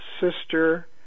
sister